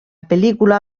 pel·lícula